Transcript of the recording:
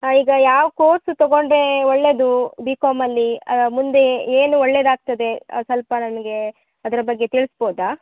ಹಾಂ ಈಗ ಯಾವ ಕೋರ್ಸು ತಗೊಂಡರೆ ಒಳ್ಳೆದು ಬಿ ಕಾಮಲ್ಲಿ ಮುಂದೆ ಏನು ಒಳ್ಳೇದು ಆಗ್ತದೆ ಸ್ವಲ್ಪ ನನಗೆ ಅದರ ಬಗ್ಗೆ ತಿಳಿಸ್ಬೋದ